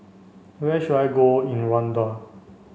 where should I go in Rwanda